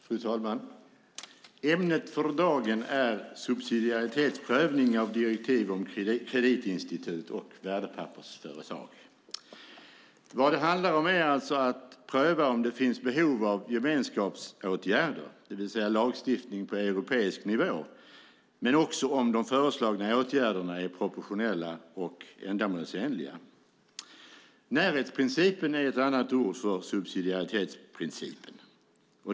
Fru talman! Ämnet för dagen är subsidiaritetsprövning av direktiv om kreditinstitut och värdepappersföretag. Detta handlar om att pröva om det finns behov av gemenskapsåtgärder, det vill säga lagstiftning på europeisk nivå, och om de föreslagna åtgärderna är proportionella och ändamålsenliga. Närhetsprincipen är ett annat ord för subsidiaritetsprincipen.